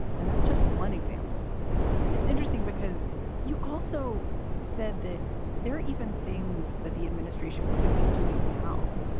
and that's just one example it's interesting because you also said that there are even things that the administration could be doing now,